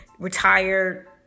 retired